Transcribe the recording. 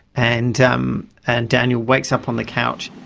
and um and daniel wakes up on the couch.